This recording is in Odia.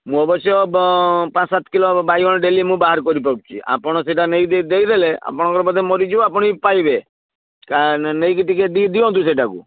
ମୁଁ ଅବଶ୍ୟ ପାଞ୍ଚ ସାତ କିଲୋ ବାଇଗଣ ଡେଲି ମୁଁ ବାହାର କରିପାରୁଛି ଆପଣ ସେଇଟା ନେଇକି ଯଦି ଦେଇଦେଲେ ଅପଣଙ୍କର ବୋଧେ ମରିଯିବି ଆପଣ ବି ପାଇବେ ନେଇକି ଟିକେ ଦିଅନ୍ତୁ ସେଇଟାକୁ